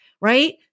right